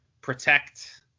protect